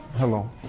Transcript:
hello